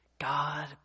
God